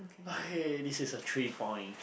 okay this is a three point